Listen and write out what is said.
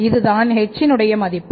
இதுதான் h னுடைய மதிப்பு